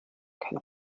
keinen